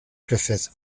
gruffudd